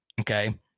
okay